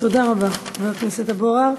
תודה רבה, חבר הכנסת אבו עראר.